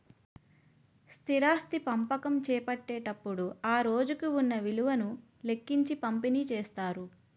స్థిరాస్తి పంపకం చేపట్టేటప్పుడు ఆ రోజుకు ఉన్న విలువను లెక్కించి పంపిణీ చేస్తారు